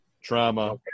trauma